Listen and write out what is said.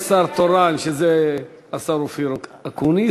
יש שר תורן, שזה השר אופיר אקוניס.